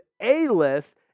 A-list